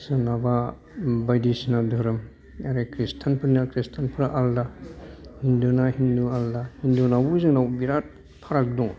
सोरनाबा बायदिसिना धोरोम आरो खृस्टानफोरना खृस्टानफ्रा आलदा हिन्दु ना हिन्दु आलदा हिन्दुनाबो जोंनाव बिराथ फाराग दं